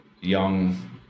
young